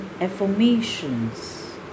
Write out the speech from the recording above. affirmations